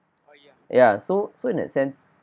ya so so in that sense